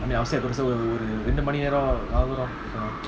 I mean ரெண்டுமணிவர:rendumani vara